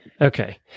Okay